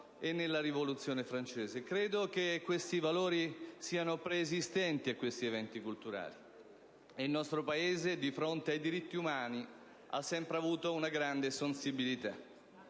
e nella rivoluzione francese. Questi valori sono preesistenti a quegli eventi culturali. Il nostro Paese, di fronte ai diritti umani, ha sempre avuto una grande sensibilità.